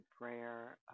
prayer